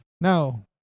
No